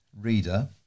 reader